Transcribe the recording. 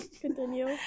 Continue